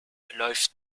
läuft